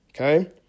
okay